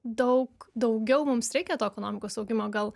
daug daugiau mums reikia to ekonomikos augimo gal